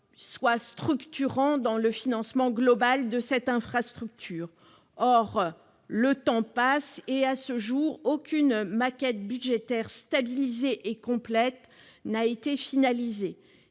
rôle structurant dans le financement global de cette infrastructure. Or le temps passe et, à ce jour, aucune maquette budgétaire stabilisée et complète n'a été finalisée.